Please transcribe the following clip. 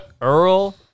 Earl